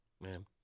Man